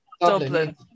Dublin